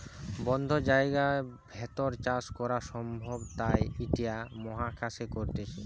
বদ্ধ জায়গার ভেতর চাষ করা সম্ভব তাই ইটা মহাকাশে করতিছে